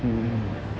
mm mm